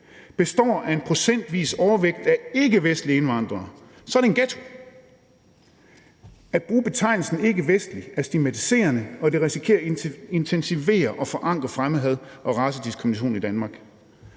består af en procentvis overvægt af ikkevestlige indvandrere, så er det en ghetto. At bruge betegnelsen ikkevestlig er stigmatiserende, og det risikerer at intensivere og forankre fremmedhad og racediskrimination i Danmark.